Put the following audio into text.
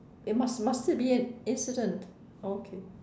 it must must it be an incident okay